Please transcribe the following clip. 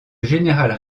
général